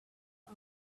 out